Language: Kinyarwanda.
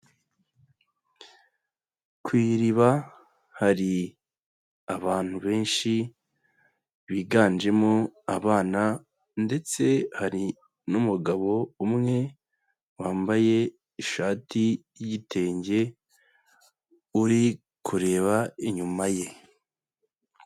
Ku iriba hari abantu benshi biganjemo abana ndetse hari n'umugabo umwe wambaye ishati y'igitenge, uri kureba inyuma ye.